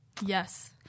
Yes